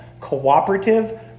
Cooperative